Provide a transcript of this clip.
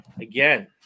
Again